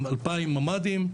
2000 ממ"דים,